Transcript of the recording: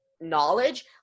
knowledge